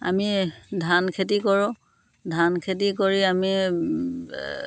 আমি ধান খেতি কৰোঁ ধান খেতি কৰি আমি